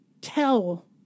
tell